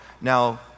Now